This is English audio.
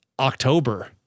October